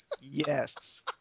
Yes